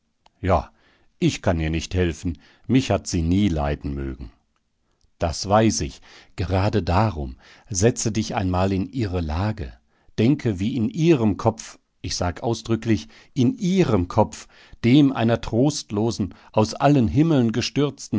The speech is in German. ja ich kann ihr nicht helfen mich hat sie nie leiden mögen das weiß ich gerade darum setze dich einmal in ihre lage denke wie in ihrem kopf ich sag ausdrücklich in ihrem kopf dem einer trostlosen aus allen himmeln gestürzten